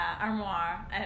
armoire